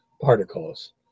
particles